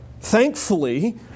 Thankfully